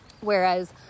Whereas